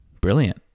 brilliant